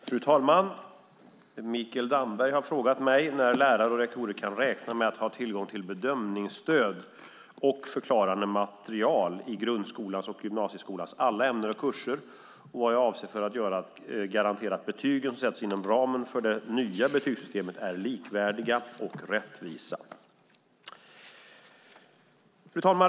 Fru talman! Mikael Damberg har frågat mig när lärare och rektorer kan räkna med att ha tillgång till bedömningsstöd och förklarande material i grundskolans och gymnasieskolans alla ämnen och kurser och vad jag avser att göra för att garantera att betygen som sätts inom ramen för det nya betygssystemet är likvärdiga och rättvisa.